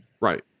Right